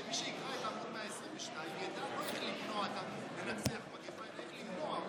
הוא אמר שמי שיקרא את עמ' 122 ידע לא איך לנצח מגפה אלא איך למנוע אותה.